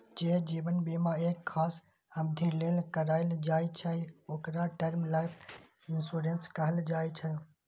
जे जीवन बीमा एक खास अवधि लेल कराएल जाइ छै, ओकरा टर्म लाइफ इंश्योरेंस कहल जाइ छै